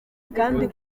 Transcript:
kandi